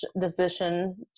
decision